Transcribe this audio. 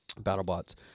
BattleBots